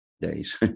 days